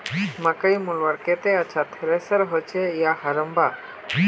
मकई मलवार केते अच्छा थरेसर होचे या हरम्बा?